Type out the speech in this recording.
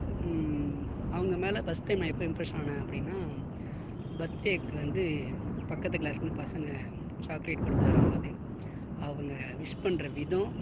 அவங்க மேல் first time நான் எப்போ இம்ப்ரெஷ் ஆனேன் அப்படின்னா பர்த்டேவுக்கு வந்து பக்கத்து க்ளாஸ்லேருந்து பசங்க சாக்லேட் கொடுத்து வரும்போது அவங்க விஷ் பண்ணுற விதம்